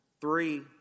three